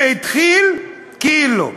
זה התחיל כאילו,